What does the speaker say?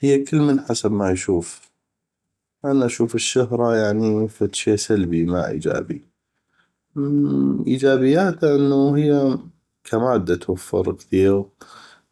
هيه كلمن حسب ما يشوف انا اشوف الشهره يعني فدشي سلبي ما ايجابي ايجابياته انو هيه ك ماده توفر كثيغ